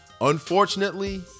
Unfortunately